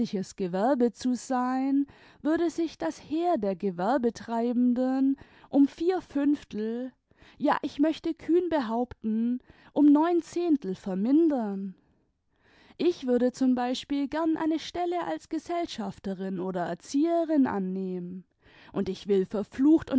gewerbe zu sein würde sich das heer der gewerbetreibenden um vier fünftel ja ich möchte kühn behaupten um neun zehntel vermindern ich würde zum beispiel gern eine stelle als gesellschafterm oder erzieherin annehmen und ich will verflucht